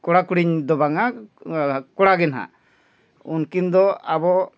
ᱠᱚᱲᱟ ᱠᱩᱲᱤᱧ ᱫᱚ ᱵᱟᱝᱟ ᱠᱚᱲᱟᱜᱮ ᱱᱟᱜ ᱩᱱᱠᱤᱱ ᱫᱚ ᱟᱵᱚ